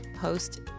post